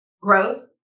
growth